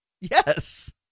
Yes